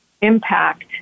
impact